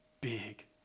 big